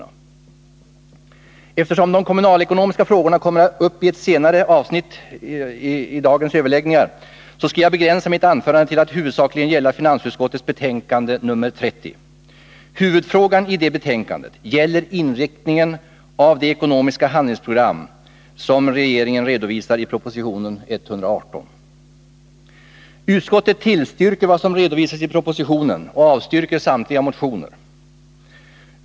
tiska åtgärder tiska åtgärder Eftersom de kommunalekonomiska frågorna kommer upp i ett senare avsnitt av dagens överläggningar, skall jag begränsa mitt anförande till att huvudsakligen gälla finansutskottets betänkande nr 30. Huvudfrågan i detta betänkande gäller inriktningen av det ekonomiska handlingsprogram som regeringen redovisar i propositionen 118. Utskottet tillstyrker vad som redovisas i propositionen och avstyrker samtliga motioner.